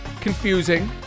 Confusing